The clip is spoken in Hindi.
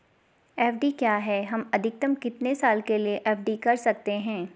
एफ.डी क्या है हम अधिकतम कितने साल के लिए एफ.डी कर सकते हैं?